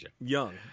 young